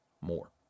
more